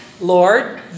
Lord